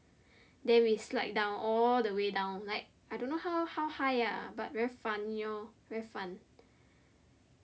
then we slide down all the way down like I don't know how how high ah but very funny lor very fun